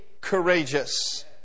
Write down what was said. courageous